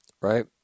right